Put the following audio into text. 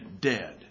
dead